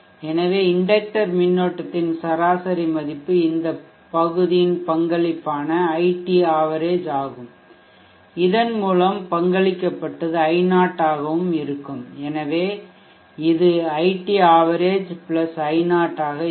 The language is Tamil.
எனவே இண்டக்டர் மின்னோட்டத்தின் சராசரி மதிப்பு இந்த பகுதியின் பங்களிப்பான iT ஆவரேஜ் ஆகும் இதன் மூலம் பங்களிக்கப்பட்டது i0 ஆகவும் இருக்கும் எனவே இது iT ஆவரேஜ் i0 ஆக இருக்கும்